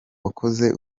wakoze